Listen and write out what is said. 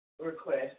request